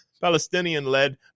Palestinian-led